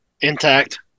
intact